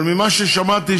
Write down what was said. אבל ממה ששמעתי,